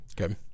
Okay